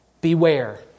Beware